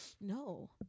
no